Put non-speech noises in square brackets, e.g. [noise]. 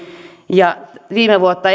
ja ennen viime vuotta [unintelligible]